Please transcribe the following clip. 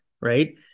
right